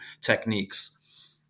techniques